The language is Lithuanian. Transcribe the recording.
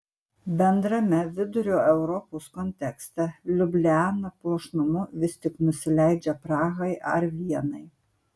bendrame vidurio europos kontekste liubliana puošnumu vis tik nusileidžia prahai ar vienai